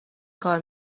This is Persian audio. کار